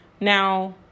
now